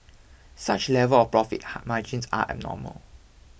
such levels of profit ha margins are abnormal